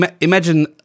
imagine